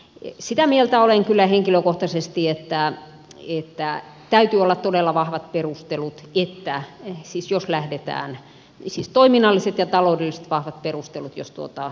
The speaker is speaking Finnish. mutta sitä mieltä olen kyllä henkilökohtaisesti että täytyy olla toiminnallisesti ja taloudellisesti todella vahvat perustelut jos tuota sijoituspaikkaa lähdetään muuttamaan